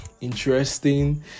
interesting